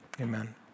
amen